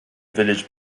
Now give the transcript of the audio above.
village